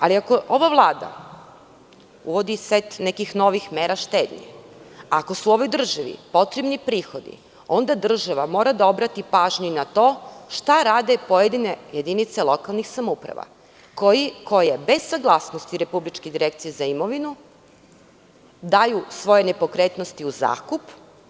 Ali, ako ova vlada uvodi set nekih novih mera štednje, ako su ovoj državi potrebni prihodi, onda država mora da obrati pažnju i na to šta rade pojedine jedinice lokalnih samouprava, koje bez saglasnosti Republičke direkcije za imovinu daju svoje nepokretnosti u zakup.